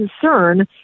concern